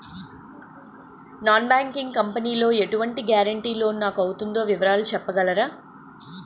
Non banking company లో ఎటువంటి guarantee loan నాకు అవుతుందో వివరాలు చెప్పగలరా?